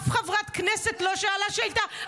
אף חברת כנסת לא שאלה שאילתה.